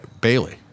Bailey